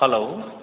hello